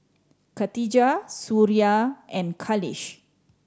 Khatijah Suria and Khalish